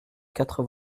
quatre